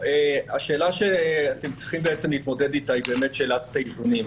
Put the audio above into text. השאלה שאתם צריכים להתמודד איתה היא באמת שאלת האיזונים.